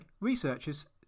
researchers